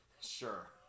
sure